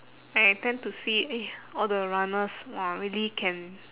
I tend to see eh all the runners !wah! really can